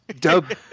Dub